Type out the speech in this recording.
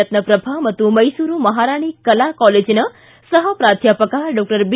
ರತ್ನಪ್ರಭಾ ಮತ್ತು ಮೈಸೂರು ಮಹಾರಾಣಿ ಕಲಾ ಕಾಲೇಜಿನ ಸಹ ಪ್ರಾಧ್ಯಾಪಕ ಡಾ ಬಿ